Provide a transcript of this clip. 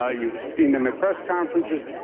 ah you've seen them at press conferences.